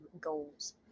goals